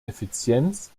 effizienz